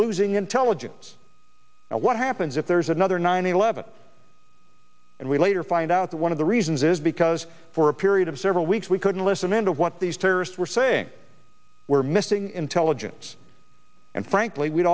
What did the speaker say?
losing intelligence what happens if there's another nine eleven and we later find out that one of the reasons is because for a period of several weeks we couldn't listen in to what these terrorists were saying were missing intelligence and frankly we